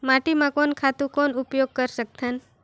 माटी म कोन खातु कौन उपयोग कर सकथन?